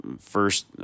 first